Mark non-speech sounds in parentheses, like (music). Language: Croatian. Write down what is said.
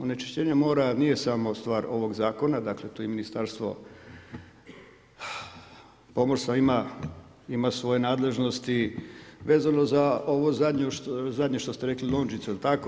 Onečišćenje mora, nije samo stvar ovog zakona, dakle, tu je i Ministarstvo pomorstva ima svoje nadležnosti vezano za ovo zadnje što ste rekli, … (unintelligible) jel tako?